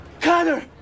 Connor